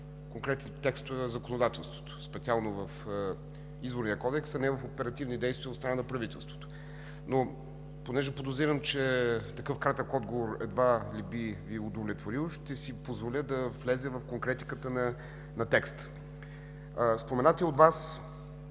конкретните текстове от законодателството, специално в Изборния кодекс, а не в оперативни действия от страна на правителството. Понеже подозирам, че такъв кратък отговор едва ли би Ви удовлетворил, ще си позволя да вляза в конкретиката на текста. Споменатият от Вас